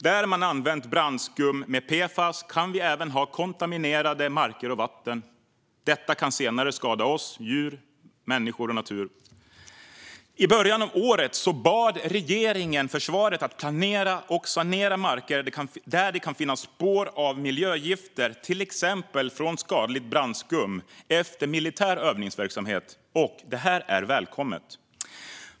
Där man använt brandskum med PFAS kan det även finnas kontaminerade marker och vatten. Detta kan senare skada djur, människor och natur. I början av året bad regeringen försvaret att planera och sanera marker där det kan finnas spår av miljögifter, till exempel från skadligt brandskum, efter militär övningsverksamhet. Detta är välkommet.